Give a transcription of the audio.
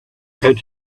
and